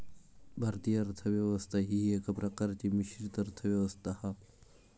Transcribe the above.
भारतीय अर्थ व्यवस्था ही एका प्रकारची मिश्रित अर्थ व्यवस्था हा